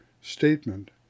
statement